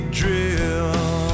drill